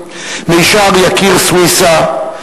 מישר יקיר סוויסה,